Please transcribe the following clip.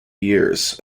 years